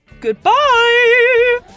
Goodbye